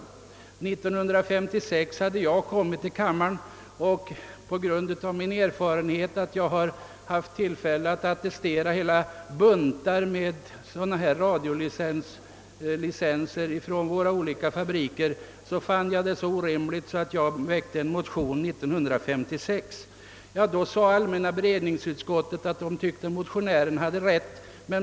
1956 hade jag kommit till kammaren, och med anledning av att jag fått attestera hela buntar med licensutbetalningar för extra högtalare vid våra olika fabriker, fann jag detta så orimligt att jag väckte en motion redan samma år. Då uttalade allmänna beredningsutskottet att motionären hade rätt.